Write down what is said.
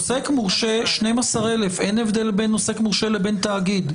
לעוסק מורשה 12,000. אין הבדל בין עוסק מורשה לבין תאגיד.